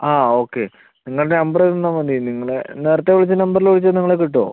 ആ ഓക്കെ നിങ്ങളുടെ നമ്പർ തന്നാൽ മതി നിങ്ങളെ നേരത്തെ വിളിച്ച നമ്പറിൽ വിളിച്ചാൽ നിങ്ങളെ കിട്ടുമോ